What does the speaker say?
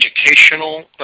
educational